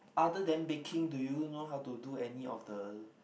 other than baking do you know how to do any of the